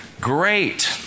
great